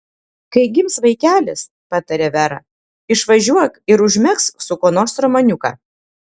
kai gims vaikelis patarė vera išvažiuok ir užmegzk su kuo nors romaniuką